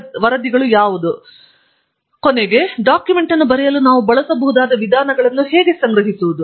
ತದನಂತರ ಅಂತ್ಯದ ವೇಳೆಗೆ ಡಾಕ್ಯುಮೆಂಟ್ ಅನ್ನು ಬರೆಯಲು ನಾವು ಬಳಸಬಹುದಾದ ವಿಧಾನವನ್ನು ಹೇಗೆ ಸಂಗ್ರಹಿಸುವುದು